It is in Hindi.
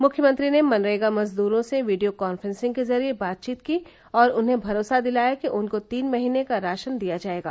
मुख्यमंत्री ने मनरेगा मजदूरों से वीडियो काफ्रेंसिंग के जरिये बातचीत की और उन्हें भरोसा दिलाया कि उनको तीन महीने का राशन दिया जायेगा